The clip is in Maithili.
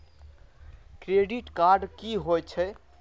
क्रेडिट कार्ड की होय छै?